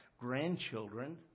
grandchildren